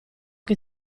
che